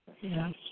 Yes